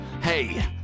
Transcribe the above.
hey